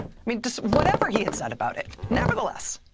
i mean whatever he had said about it. nevertheless,